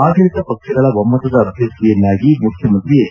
ಆಡಳಿತ ಪಕ್ಷಗಳ ಒಮ್ನತದ ಅಭ್ಯರ್ಥಿಯನ್ನಾಗಿ ಮುಖ್ಯಮಂತ್ರಿ ಎಚ್